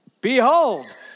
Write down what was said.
Behold